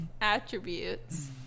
attributes